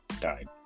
died